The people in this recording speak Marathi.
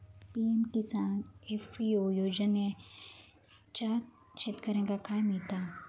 पी.एम किसान एफ.पी.ओ योजनाच्यात शेतकऱ्यांका काय मिळता?